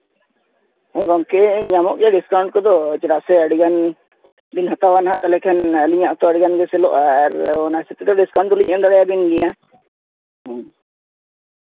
ᱦᱮᱸ ᱜᱚᱢᱠᱮ ᱧᱟᱢᱚᱜ ᱜᱮᱭᱟ ᱰᱤᱥᱠᱟᱣᱩᱱᱴ ᱠᱚᱫᱚ ᱪᱮᱫᱟᱜ ᱥᱮ ᱟᱹᱰᱤᱜᱟᱱ ᱵᱤᱱ ᱦᱟᱛᱟᱣᱟ ᱦᱟᱸᱜ ᱛᱟᱦᱞᱮ ᱠᱷᱟᱱ ᱟᱹᱞᱤᱧᱟᱜ ᱛᱚ ᱟᱹᱰᱤᱜᱟᱱ ᱜᱮ ᱥᱮᱞᱚᱜᱼᱟ ᱟᱨ ᱚᱱᱟ ᱰᱤᱥᱠᱟᱣᱩᱱᱴ ᱫᱚᱞᱤᱧ ᱮᱢ ᱫᱟᱲᱮ ᱟᱵᱮᱱ ᱜᱮᱭᱟ ᱦᱮᱸ